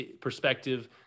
perspective